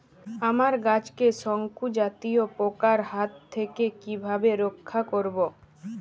আমার গাছকে শঙ্কু জাতীয় পোকার হাত থেকে কিভাবে রক্ষা করব?